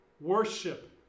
worship